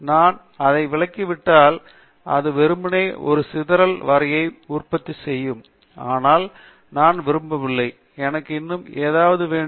நான் அதை விலக்கிவிட்டால் அது வெறுமனே ஒரு சிதறல் வரைவை உற்பத்தி செய்யும் ஆனால் நான் விரும்பவில்லை எனக்கு இன்னும் ஏதாவது வேண்டும்